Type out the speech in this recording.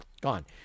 gone